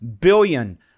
billion